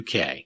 UK